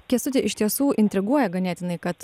kęstuti iš tiesų intriguoja ganėtinai kad